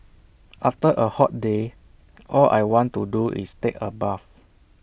after A hot day all I want to do is take A bath